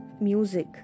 music